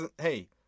hey